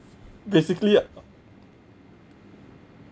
basically